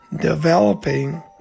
developing